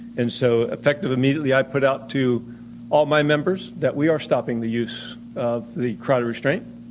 and so effective immediately, i put out to all my members that we are stopping the use of the carotid restraint.